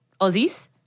Aussies